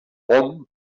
hom